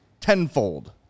tenfold